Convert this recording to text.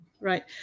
right